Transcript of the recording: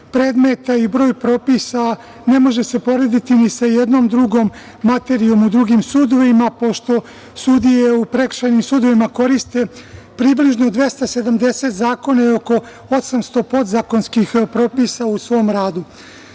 predmeta i broj propisa ne može se porediti ni sa jednom drugom materijom u drugim sudovima, pošto sudije u prekršajnim sudovima koriste približno 270 zakona i oko 800 podzakonskih propisa u svom